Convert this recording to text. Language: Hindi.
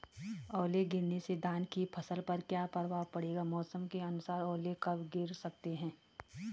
ओले गिरना से धान की फसल पर क्या प्रभाव पड़ेगा मौसम के अनुसार ओले कब गिर सकते हैं?